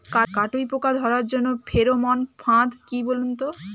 কাটুই পোকা ধরার জন্য ফেরোমন ফাদ কি বলুন তো?